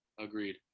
Agreed